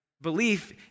Belief